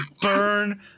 burn